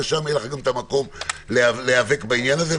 ושם יהיה לך גם המקום להיאבק בעניין הזה,